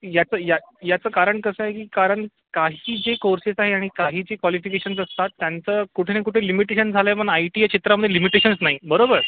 याचं या याचं कारण कसं आहे की कारण काही जे कोर्सेस आहे आणि काही जी कॉलिफिकेशन्स असतात त्याचं कुठे ना कुठे लिमिटेशन झालं आहे पण आय टी या क्षेत्रामध्ये लिमिटेशनस नाही बरोबर